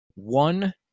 one